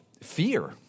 fear